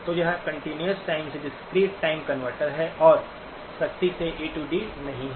तो यह continuous time से डिस्क्रीट-टाइम कनवर्टर है और सख्ती से ए डी AD नहीं है